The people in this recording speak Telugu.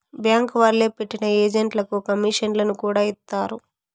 బ్యాంక్ వాళ్లే పెట్టిన ఏజెంట్లకు కమీషన్లను కూడా ఇత్తారు